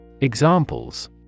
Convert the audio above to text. Examples